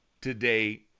today